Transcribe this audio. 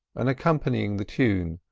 and accompanying the tune,